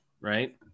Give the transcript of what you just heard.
right